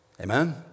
Amen